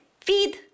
feed